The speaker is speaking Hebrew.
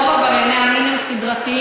רוב עברייני המין הם סדרתיים,